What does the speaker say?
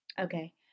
Okay